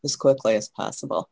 as quickly as possible